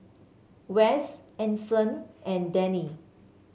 Wess Anson and Dennie